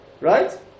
Right